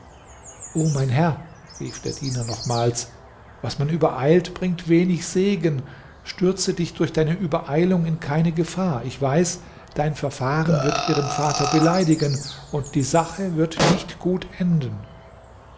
o mein herr rief der diener nochmals was man übereilt bringt wenig segen stürze dich durch deine übereilung in keine gefahr ich weiß dein verfahren wird ihren vater beleidigen und die sache wird nicht gut enden